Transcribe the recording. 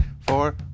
four